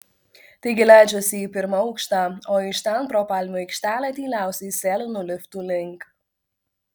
taigi leidžiuosi į pirmą aukštą o iš ten pro palmių aikštelę tyliausiai sėlinu liftų link